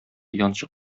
янчык